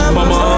Mama